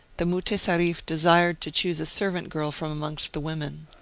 the mutesarrif desired to choose a servant-girl from amongst the women.